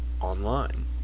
online